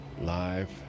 Live